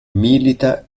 milita